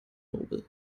nobel